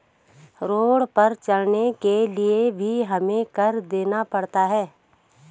road पर चलने के लिए भी हमें कर देना पड़ता है